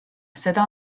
seda